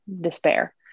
despair